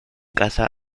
caza